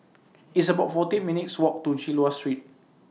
It's about forty minutes' Walk to Chulia Street